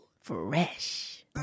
fresh